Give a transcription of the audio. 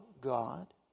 God